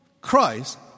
Christ